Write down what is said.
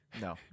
No